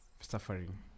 suffering